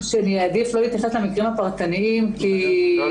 אני אעדיף לא להתייחס למקרים הפרטניים כי לא